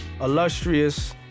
illustrious